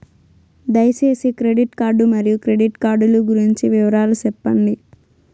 దయసేసి credit card మరియు credit card లు గురించి వివరాలు సెప్పండి?